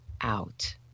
out